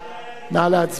נא להצביע.